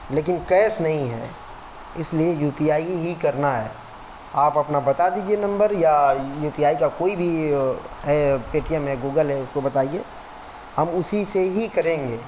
لیکن کیش نہیں ہے اِس لیے یُو پی آئی ہی کرنا ہے آپ اپنا بتا دیجئے نمبر یا یُو پی آئی کا کوئی بھی ہے پے ٹی ایم ہیں گوگل ہے اس کو بتائیے ہم اُسی سے ہی کریں گے